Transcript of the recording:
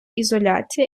ізоляція